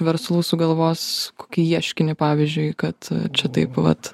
verslų sugalvos kokį ieškinį pavyzdžiui kad čia taip vat